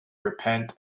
repent